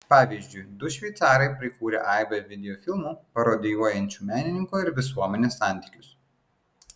pavyzdžiui du šveicarai prikūrę aibę videofilmų parodijuojančių menininko ir visuomenės santykius